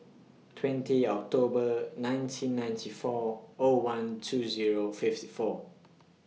twenty October nineteen ninety four O one two Zero fifty four